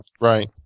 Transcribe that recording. right